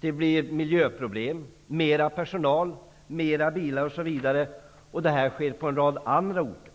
Det blir ett miljöproblem -- mer personal, fler bilar, osv. Detta gäller även på en rad andra orter.